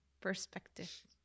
Perspective